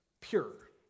pure